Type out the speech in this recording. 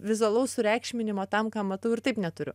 vizualaus sureikšminimo tam ką matau ir taip neturiu